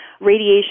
radiation